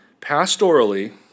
pastorally